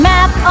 Map